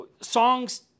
Songs